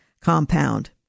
compound